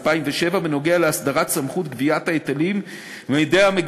בנוגע להסדרת סמכות גביית ההיטלים ממגדלים,